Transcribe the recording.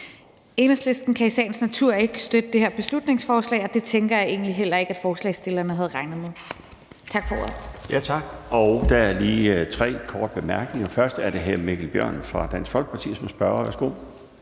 Enhedslisten kan i sagens natur ikke støtte det her beslutningsforslag, og det tænker jeg egentlig heller ikke at forslagsstillerne havde regnet med. Tak for ordet. Kl. 17:07 Den fg. formand (Bjarne Laustsen): Tak. Der er lige tre, der har ønsket korte bemærkninger. Først er det hr. Mikkel Bjørn fra Dansk Folkeparti som spørger. Værsgo.